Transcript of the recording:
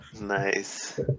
Nice